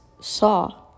saw